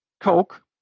Coke